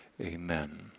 amen